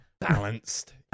balanced